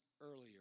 earlier